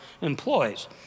employees